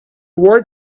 world